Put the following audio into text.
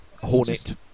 hornet